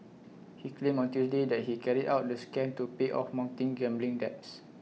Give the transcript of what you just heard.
he claimed on Tuesday that he carried out the scam to pay off mounting gambling debts